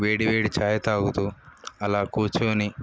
వేడివేడి చాయ్ తాగుతూ అలా కూర్చొని